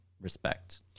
respect